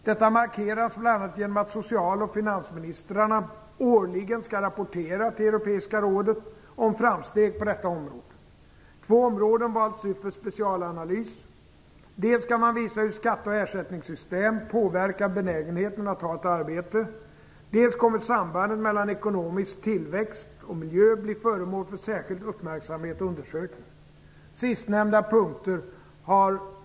Detta markeras bl.a. genom att socialoch finansministrarna årligen skall rapportera till Europeiska rådet om framsteg på detta område. Två områden var föremål för specialanalys. Dels skall man visa hur skatte och ersättningssystem påverkar benägenheten att ta ett arbete, dels kommer sambandet mellan ekonomisk tillväxt och miljö att bli föremål för särskild uppmärksamhet och undersökning.